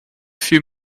few